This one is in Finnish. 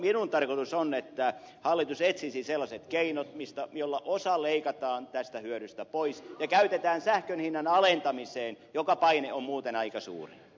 minun tarkoitukseni on että hallitus etsisi sellaiset keinot joilla osa tästä hyödystä leikataan pois ja käytetään sähkönhinnan alentamiseen johon paine on muuten aika suuri